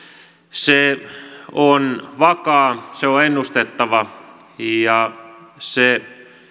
se on vakaa se on ennustettava ja se